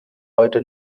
heute